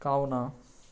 కావున